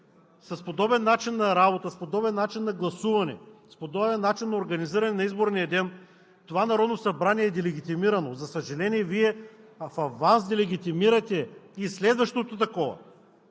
С подобен начин на работа, с подобен начин на гласуване, с подобен начин на организиране на изборния ден това Народно събрание е делегитимирано! За съжаление, делегитимирате и следващото такова!